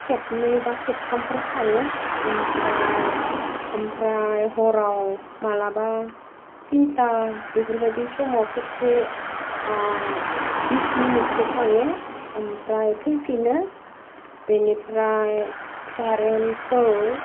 खेबनै बा खेबथामफोर थाङो आमफ्राइ आमफ्राइ हराव मालाबा थिनथा बेफोर बायदि समाव खेबसे ओह बिस मिनिटसो थाङो आमफ्राइ फैफिनो बिनिफ्राइ कारेन्टखौ